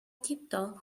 tiptoe